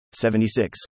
76